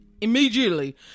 Immediately